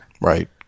Right